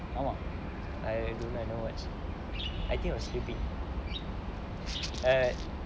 ஆமா:aama I don't know I never watch I think I was sleeping err